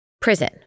prison